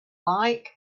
like